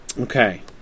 Okay